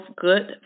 good